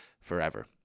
forever